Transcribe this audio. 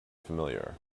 familiar